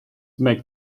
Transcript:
make